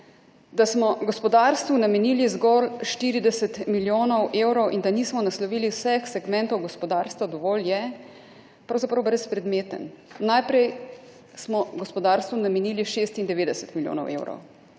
da smo gospodarstvu namenili zgolj 40 milijonov evrov, in da nismo naslovili vseh segmentov gospodarstva, dovolj je, pravzaprav brezpredmeten. Najprej smo gospodarstvu namenili 96 milijonov evrov.